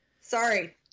Sorry